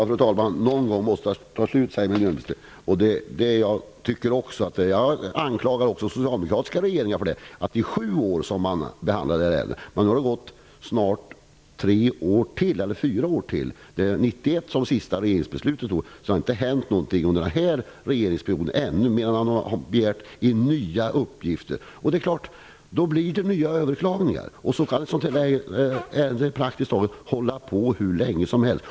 Fru talman! Någon gång måste detta ta slut, sade ministern. Det tycker också jag. Jag anklagar även den socialdemokratiska regeringen. Man behandlade detta ärende i sju år. Nu har det snart gått ytterligare fyra år -- det senaste riksdagsbeslutet fattades 1991. Och det har ännu inte hänt någonting under den här regeringsperioden, annat än att man har begärt in nya uppgifter. Det är klart att det då blir nya överklaganden. Så kan ett sådant här ärende pågå praktiskt taget hur länge som helst.